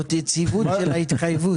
זאת יציבות של ההתחייבות.